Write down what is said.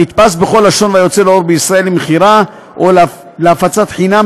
הנדפס בכל לשון והיוצא לאור בישראל למכירה או להפצת חינם",